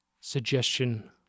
suggestion